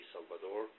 Salvador